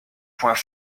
points